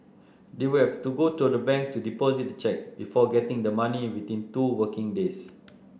they would have to go to a bank to deposit the cheque before getting the money within two working days